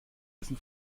dessen